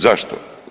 Zašto?